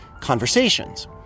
conversations